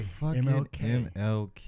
MLK